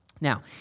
Now